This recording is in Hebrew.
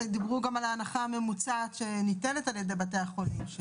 הם דיברו גם על ההנחה הממוצעת שניתנת על ידי בתי החולים.